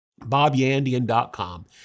bobyandian.com